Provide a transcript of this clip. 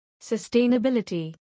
Sustainability